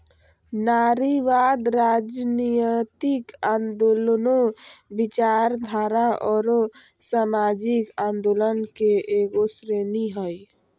नारीवाद, राजनयतिक आन्दोलनों, विचारधारा औरो सामाजिक आंदोलन के एगो श्रेणी हइ